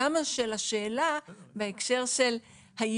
אז אני אשמח להנחות אותך בהצעת החוק שלי,